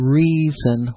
reason